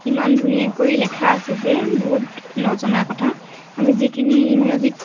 ইমান ধুনীয়াকৈ লেখা আছে যে বহুত নজনা কথা আমি যিখিনি ইংৰাজীত